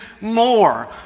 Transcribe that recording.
more